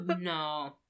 no